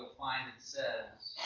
ah find it says,